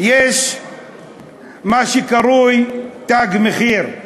יש מה שקרוי "תג מחיר",